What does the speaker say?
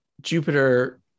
jupiter